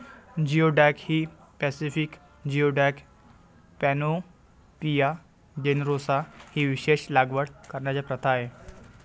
geoduck ही Pacific geoduck, Panopea generosa ही विशेषत लागवड करण्याची प्रथा आहे